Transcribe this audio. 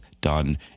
done